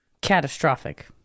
catastrophic